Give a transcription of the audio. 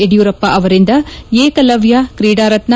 ಯಡಿಯೂರಪ್ಪ ಅವರಿಂದ ಏಕಲವ್ಯ ತ್ರೀಡಾರತ್ನ